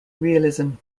realism